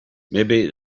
maybe